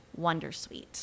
Wondersuite